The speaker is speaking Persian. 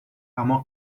اما